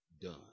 done